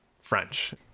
french